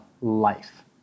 life